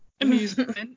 amusement